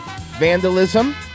Vandalism